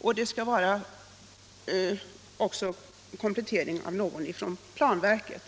och en komplettering av någon från planverket.